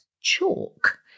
chalk